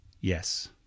yes